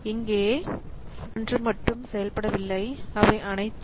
இங்கே பி ஒன்று மட்டும் செயல்படவில்லை அவை அனைத்தும்